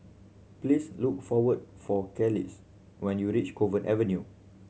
please look for what for Kelis when you reach Cove Avenue